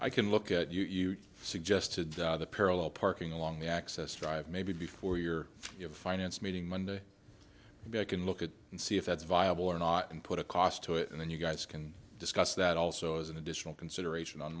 i can look at you suggested the parallel parking along the access drive maybe before your your finance meeting monday maybe i can look at and see if it's viable or not and put a cost to it and then you guys can discuss that also as an additional consideration on